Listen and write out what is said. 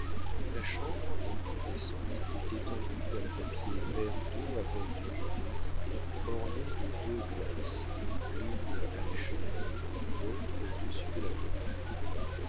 la chambre encore décente était tendue d'un papier vert d'eau à bordure rouge ornée de deux glaces l'une à la cheminée l'autre au-dessus de la commode